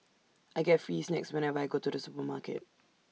I get free snacks whenever I go to the supermarket